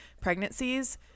pregnancies